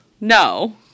no